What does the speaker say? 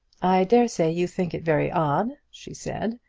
i dare say you think it very odd, she said,